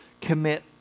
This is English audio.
commit